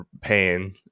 pain